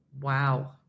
wow